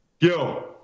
Yo